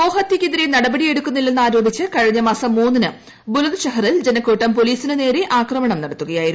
ഗോഹത്യയ്ക്കെതിരെ നടപടി എടുക്കുന്നില്ലെന്ന് ആരോപിച്ച് കഴിഞ്ഞമാസം മൂന്നിന് ബുലന്ദ് ഷെഹറിൽ ജനക്കൂട്ടം പൊലീസിന് നേരെ ആക്രമണം നടത്തുകയായിരുന്നു